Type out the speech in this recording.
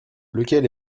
lequel